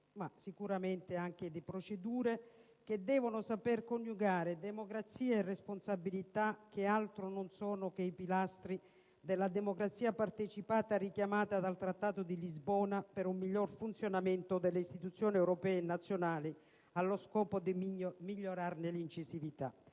politico, ma anche di procedure, che deve saper coniugare democrazia e responsabilità, che altro non sono che i pilastri della democrazia partecipata richiamata dal Trattato di Lisbona per un migliore funzionamento delle istituzioni europee e nazionali allo scopo di migliorarne incisività.